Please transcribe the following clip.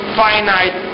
finite